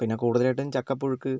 പിന്നെ കൂടുതലായിട്ടും ചക്കപ്പുഴുക്ക്